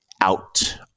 out